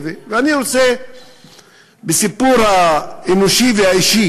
אני רוצה בסיפור האנושי והאישי